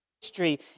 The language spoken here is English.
history